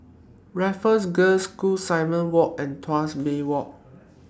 Raffles Girls' School Simon Walk and Tuas Bay Walk